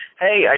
Hey